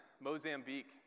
Mozambique